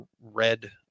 red